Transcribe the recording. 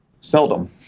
Seldom